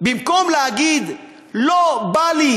לא בא לי.